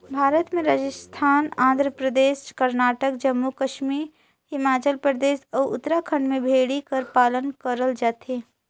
भारत में राजिस्थान, आंध्र परदेस, करनाटक, जम्मू कस्मी हिमाचल परदेस, अउ उत्तराखंड में भेड़ी कर पालन करल जाथे